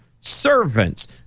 servants